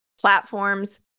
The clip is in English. platforms